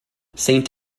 saint